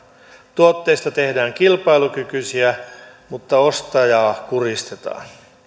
tuotteista tehdään kilpailukykyisiä mutta ostajaa kuristetaan